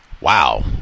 wow